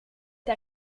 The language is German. der